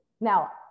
Now